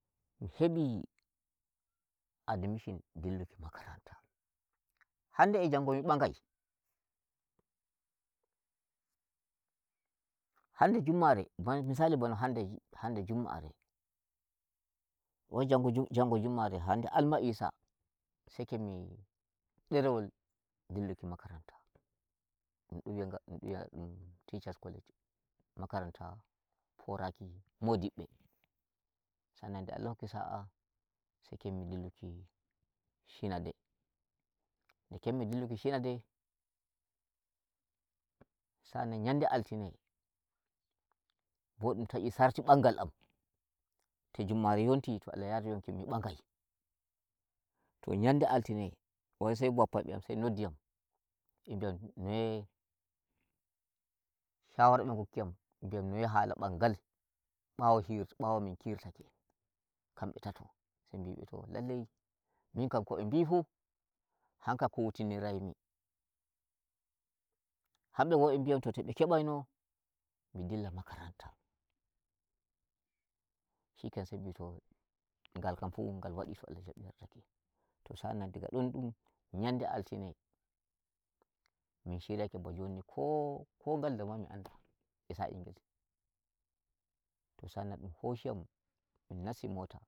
Mi hebi admission dulluki makaranta, hande e njango mi mɓagai. Hande jumare ba misali bane han- hande jim jumare, njango jum njango jumare hande almahisa, sai kemmi derewol dulluki makaranta dun don wayanga dun don wiya nga dun teachers makaranta foraki modibbe sa'an nan nde Allah hokki sa'a sai kemmi dulluki shinade, nde kemmi dulluki shinade sa'an nan nyande altine bo dum tayi sarti mbangal am to jumare yonti, to Allah yari yonki mi mbagai. To nyande altine wai sai bappa be am sai noddi yam ɓe mbi yam noye shawara nbe ngokki yam noye hala mɓangal, bawo hirs bawo min kirtake, kambe tato sai mbimi nbe to lallai min kam ko be fuu hanka kutini raimi. Hambe bo be nbi yam to be kebai no mi dilla makaranta. Shike nan sai mbimi to ngal kam fu ngal wadi to Allah jabi yardake. To sa'an nan daga don dum nyande altine, min shiryake ba joni ko ngalda ma mi anda e sa'i ngel, to sa'an nan dun hoshi yam dum nassi mota.